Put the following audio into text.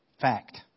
Fact